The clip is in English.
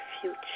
future